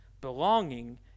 Belonging